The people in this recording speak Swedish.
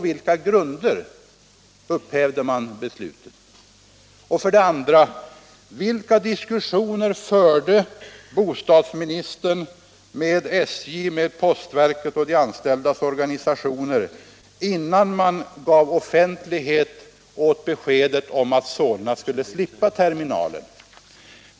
Den andra frågan löd: Vilka diskussioner förde bostadsministern med SJ, postverket och de anställdas organisationer innan man gav offentlighet åt beskedet om att Solna skulle slippa terminalen?